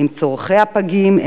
עם צורכי הפגים,